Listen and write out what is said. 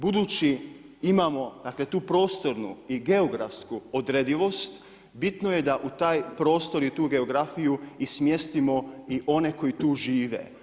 Budući imamo prostornu i geografsku odredivost, bitno je da u taj prostor i tu geografiju i smjestimo i one koji tu žive.